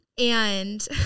And-